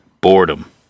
boredom